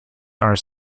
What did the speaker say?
are